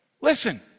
Listen